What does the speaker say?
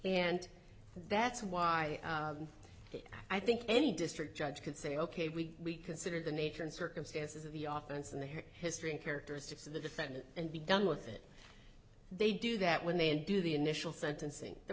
and that's why i think any district judge can say ok we consider the nature and circumstances of the office and her history and characteristics of the defendant and be done with it they do that when they do the initial sentencing the